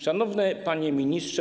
Szanowny Panie Ministrze!